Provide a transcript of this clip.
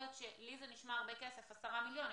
לי זה נשמע הרבה מאוד כסף 10 מיליון,